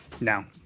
Now